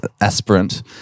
aspirant